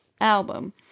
album